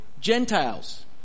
Gentiles